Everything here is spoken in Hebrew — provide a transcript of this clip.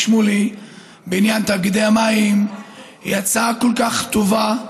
שמולי בעניין תאגידי המים היא הצעה כל כך טובה,